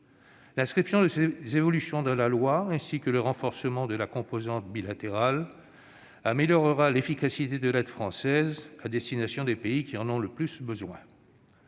L'inscription de ces évolutions dans la loi et le renforcement de la composante bilatérale amélioreront l'efficacité de l'aide française à destination des pays qui en ont le plus besoin.